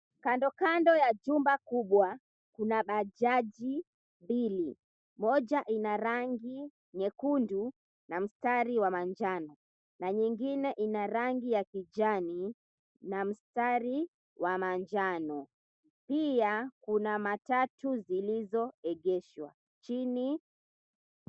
Kando kando ya jumba kubwa, kuna bajaji mbili. Moja ina rangi nyekundu na mstari wa manjano na nyingine ina rangi ya kijani na mstari wa manjano. Pia kuna matatu zilizoegeshwa chini.